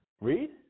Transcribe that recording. Read